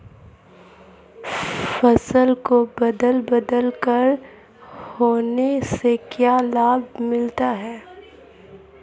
फसल को बदल बदल कर बोने से क्या लाभ मिलता है?